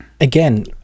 Again